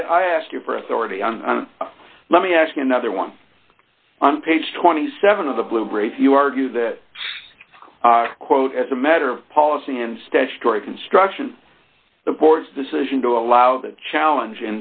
ok i ask you for authority let me ask another one on page twenty seven of the blu rays you argue that quote as a matter of policy and statutory construction the board's decision to allow that challenge